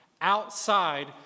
Outside